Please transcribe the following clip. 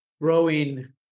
growing